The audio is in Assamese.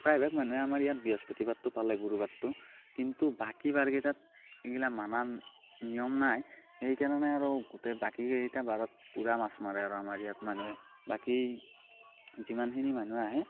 প্ৰায়ভাগ মানুহে আমাৰ ইয়াত বৃহস্পতি বাৰটো পালে গুৰুবাৰটো কিন্তু বাকী বাৰকেইটাত এইবিলাক মানা নিয়ম নাই সেইকাৰণে আৰু বাকীকেইটা বাৰত পুৰা মাছ মাৰে আৰু আমাৰ ইয়াত মানুহে বাকী যিমানখিনি মানুহ আহে